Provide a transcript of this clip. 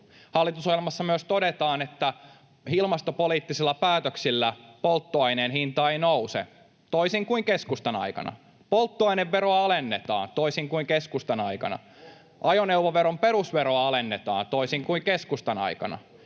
Hallitusohjelmassa myös todetaan, että ilmastopoliittisilla päätöksillä polttoaineen hinta ei nouse, toisin kuin keskustan aikana. Polttoaineveroa alennetaan, toisin kuin keskustan aikana. Ajoneuvoveron perusveroa alennetaan, toisin kuin keskustan aikana.